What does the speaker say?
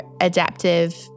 adaptive